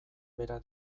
bera